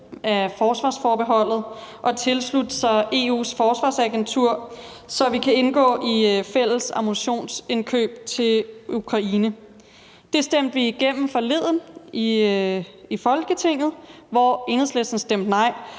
af forsvarsforbeholdet og tilslutte sig EU's forsvarsagentur, så vi kan indgå i fælles ammunitionsindkøb til Ukraine. Det stemte vi igennem forleden i Folketinget, hvor Enhedslisten stemte nej.